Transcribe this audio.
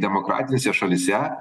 demokratinėse šalyse